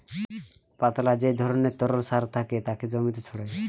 পাতলা যে ধরণের তরল সার থাকে তাকে জমিতে ছড়ায়